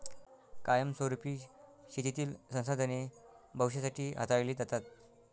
कायमस्वरुपी शेतीतील संसाधने भविष्यासाठी हाताळली जातात